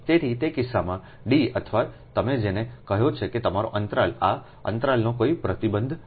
તેથી તે કિસ્સામાં D અથવા તમે જેને કહો છો કે તમારું અંતરાલ એ અંતરાલનો કોઈ પ્રતિબંધ નથી